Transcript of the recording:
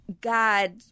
God